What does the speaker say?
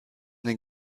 den